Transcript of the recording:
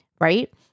right